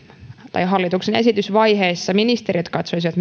tai hallituksen esitysvaiheessa ministeriöt katsoisivat